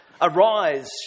Arise